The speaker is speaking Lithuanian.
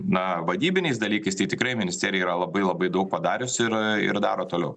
na vadybiniais dalykais tai tikrai ministerija yra labai labai daug padariusi ir ir daro toliau